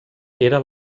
era